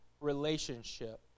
relationship